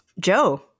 Joe